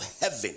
heaven